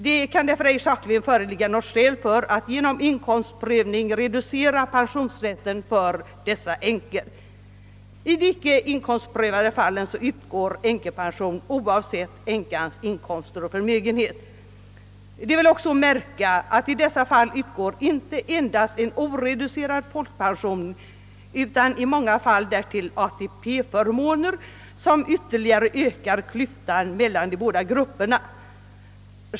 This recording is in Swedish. Det kan därför ej föreligga några sakliga skäl för att genom inkomstprövning reducera pensionsrätten för dessa änkor. I de icke inkomstprövade fallen utgår änkepension oavsett änkans inkomster och förmögenhet. Det är också att märka att i dessa fall utgår inte endast en oreducerad folkpension utan i många fall därtill ATP-förmåner som ytterligare ökar klyftan mellan de båda grupperna.